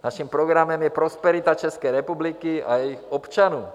Naším programem je prosperita České republiky a jejích občanů.